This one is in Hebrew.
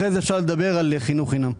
אחרי זה אפשר לדבר על חינוך חינם.